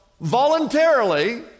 voluntarily